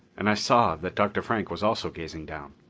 and i saw that dr. frank was also gazing down.